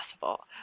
possible